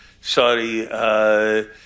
Saudi